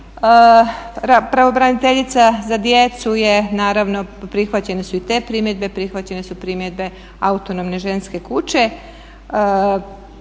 Pravobraniteljica za djecu je naravno, prihvaćene su i te primjedbe, prihvaćene su primjedbe autonomne ženske kuće.